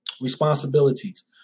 Responsibilities